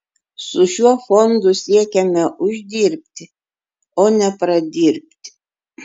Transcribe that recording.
su šiuo fondu siekiame uždirbti o ne pradirbti